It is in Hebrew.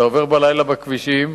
אתה עובר בלילה בכבישים,